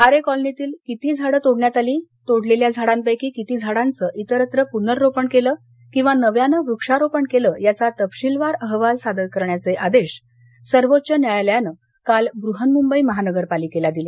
आरे कॉलनीतील किती झाडं तोडण्यात आली तोडलेल्या झाडांपैकी किती झाडांचं इतरत्र पूनरोपण केलं किंवा नव्यानं वृक्षारोपण केलं याचा तपशीलवार अहवाल सादर करण्याचे आदेश सर्वोच्च न्यायालयानं काल बृहन्मुंबई महानगर पालिकेला दिले